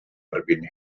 erbyn